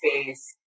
space